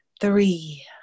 three